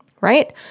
right